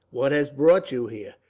what has brought you here?